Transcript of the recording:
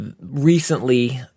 recently